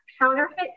counterfeit